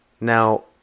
Now